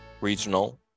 regional